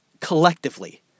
collectively